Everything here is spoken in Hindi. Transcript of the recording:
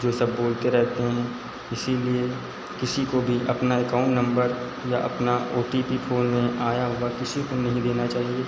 जो सब बोलते रहते हैं इसीलिए किसी को भी अपना एकाउंट नंबर या अपना ओ टी पी फ़ोन में आया हुआ किसी को नहीं देना चाहिए